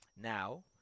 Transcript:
Now